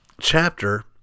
chapter